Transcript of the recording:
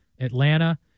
Atlanta